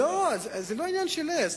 זה לא עניין של עז.